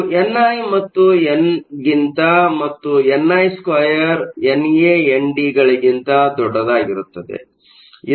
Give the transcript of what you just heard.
ಇದು ಎನ್ಐ ಮತ್ತು ಎನ್ ಗಿಂತ ಮತ್ತು ni2 ಎನ್ ಎ ಎನ್ ಡಿNA - ND ಗಳಿಗಿಂತ ದೊಡ್ಡದಾಗಿರುತ್ತದೆ